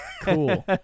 Cool